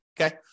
okay